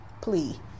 plea